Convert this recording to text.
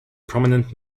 prominent